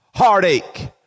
heartache